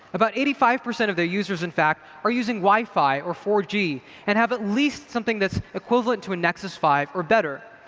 about eighty five percent of their users, in fact, are using wi-fi or four g, and have at least something that's equivalent to a nexus five or better.